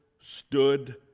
stood